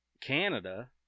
canada